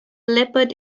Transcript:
leopard